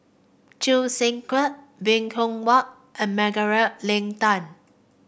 Choo Seng Quee Bong Hiong Hwa and Margaret Leng Tan